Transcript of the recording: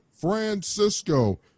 Francisco